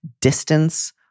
distance